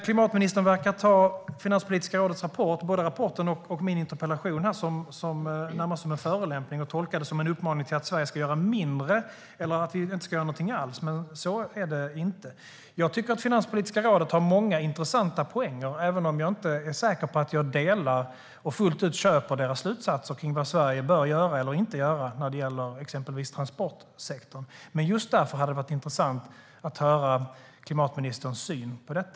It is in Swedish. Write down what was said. Klimatministern verkar ta både Finanspolitiska rådets rapport och min interpellation närmast som en förolämpning och tolka den som en uppmaning till att Sverige ska göra mindre eller ingenting alls. Men så är det inte. Jag tycker att Finanspolitiska rådet har många intressanta poänger, även om jag inte är säker på att jag delar och fullt ut köper deras slutsatser om vad Sverige bör göra eller inte göra när det gäller exempelvis transportsektorn. Men just därför hade det varit intressant att höra klimatministerns syn på detta.